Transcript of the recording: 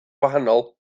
wahanol